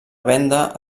venda